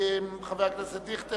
יועבר לוועדת העבודה והרווחה,